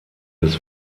des